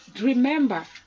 remember